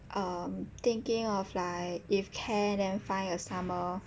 um thinking of like if can then find a summer